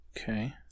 Okay